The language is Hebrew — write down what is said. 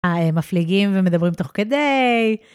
מפליגים ומדברים תוך כדי.